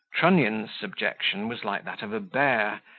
trunnion's subjection was like that of a bear,